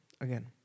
again